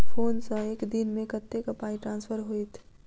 Phone सँ एक दिनमे कतेक पाई ट्रान्सफर होइत?